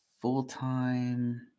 full-time